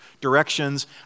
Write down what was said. directions